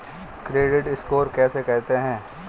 Credit score किसे कहते हैं?